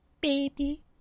baby